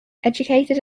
educated